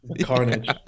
Carnage